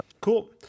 cool